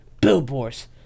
Billboard's